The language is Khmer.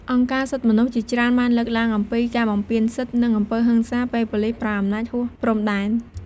អង្គការសិទ្ធិមនុស្សជាច្រើនបានលើកឡើងអំពីការបំពានសិទ្ធិ និងអំពើហិង្សា ពេលប៉ូលីសប្រើអំណាចហួសព្រំដែន។